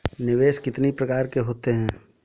निवेश कितनी प्रकार के होते हैं?